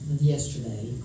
yesterday